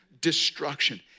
destruction